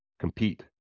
compete